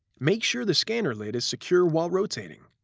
make sure the scanner lid is secure while rotating.